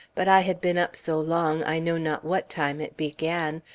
but i had been up so long, i know not what time it began,